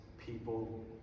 people